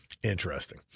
Interesting